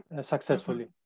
successfully